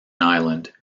island